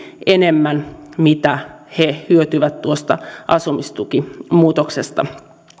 enemmän kuin mitä he hyötyvät tuosta asumistukimuutoksesta